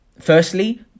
firstly